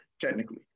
Technically